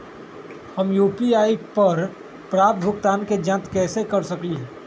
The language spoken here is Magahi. हम यू.पी.आई पर प्राप्त भुगतान के जाँच कैसे कर सकली ह?